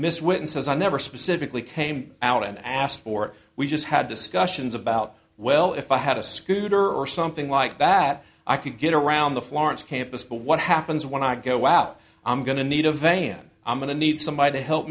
miss wynne says i never specifically came out and asked for it we just had discussions about well if i had a scooter or something like that i could get around the florence campus but what happens when i go out i'm going to need a van i'm going to need somebody to help